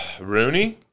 Rooney